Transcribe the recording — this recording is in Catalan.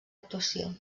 actuació